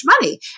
money